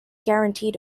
guaranteed